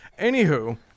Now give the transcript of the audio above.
Anywho